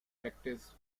practice